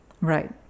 Right